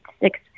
six